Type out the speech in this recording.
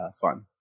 fun